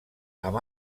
amb